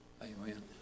Amen